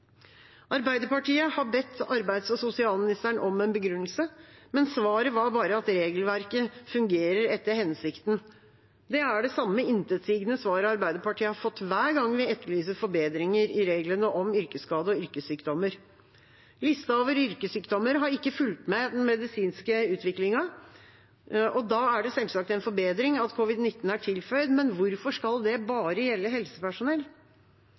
Arbeiderpartiet har bedt arbeids- og sosialministeren om en begrunnelse, men svaret var bare at regelverket fungerer etter hensikten. Det er det samme intetsigende svaret Arbeiderpartiet har fått hver gang vi etterlyser forbedringer i reglene om yrkesskade og yrkessykdommer. Lista over yrkessykdommer har ikke fulgt med den medisinske utviklingen. Da er det selvsagt en forbedring at covid-19 er tilføyd, men hvorfor skal det bare gjelde helsepersonell?